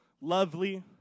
lovely